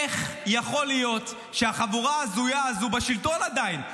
איך יכול להיות שהחבורה ההזויה הזו בשלטון עדיין?